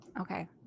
Okay